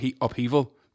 upheaval